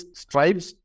stripes